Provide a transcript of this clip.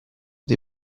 dei